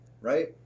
right